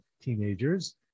teenagers